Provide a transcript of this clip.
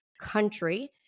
Country